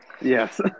Yes